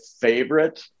favorite